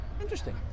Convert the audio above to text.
Interesting